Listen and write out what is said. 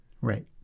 Right